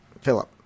Philip